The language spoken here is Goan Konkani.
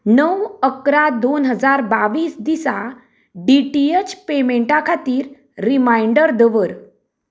णव अकरा दोन हजार बावीस दिसा डी टी एच पेमेंटा खातीर रिमायंडर दवर